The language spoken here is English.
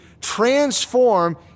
transform